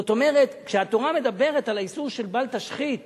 זאת אומרת, כשהתורה מדברת על האיסור של "בל תשחית"